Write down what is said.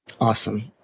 Awesome